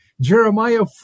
Jeremiah